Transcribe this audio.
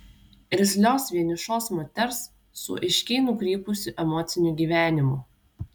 irzlios vienišos moters su aiškiai nukrypusiu emociniu gyvenimu